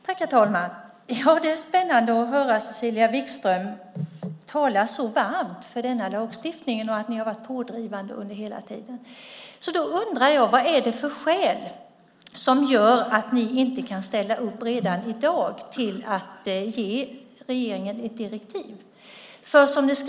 Herr talman! Det är spännande att höra Cecilia Wigström tala så varmt för denna lagstiftning och säga att ni har varit pådrivande under hela tiden. Då undrar jag vilka skäl som gör att ni inte redan i dag kan ställa upp på att ge regeringen ett direktiv.